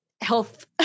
Health